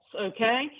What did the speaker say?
okay